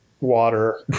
water